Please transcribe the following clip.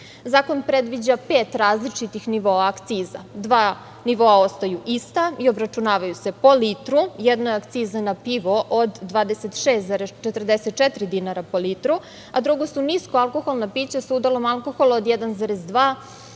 predviđa pet različitih nivoa akciza. Dva nivoa ostaju ista i obračunavaju se po litru, jedna akciza na pivo od 26,44 dinara po litru, a drugo su nisko alkoholna pića sa udelom alkohola od 1,2 do 15%.